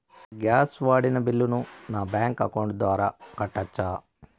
Gas వాడిన బిల్లును నా బ్యాంకు అకౌంట్ ద్వారా కట్టొచ్చా?